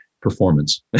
performance